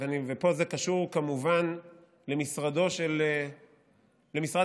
ופה זה קשור כמובן למשרד המשפטים,